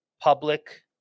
public